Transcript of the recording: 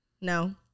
no